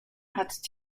hat